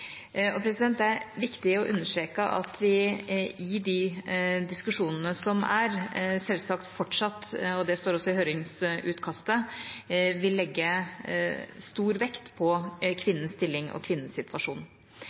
Det er viktig å understreke at vi i de diskusjonene som er, selvsagt fortsatt – og det står også i høringsutkastet – vil legge stor vekt på kvinnens stilling og kvinnens situasjon.